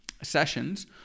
sessions